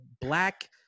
black